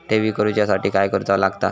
ठेवी करूच्या साठी काय करूचा लागता?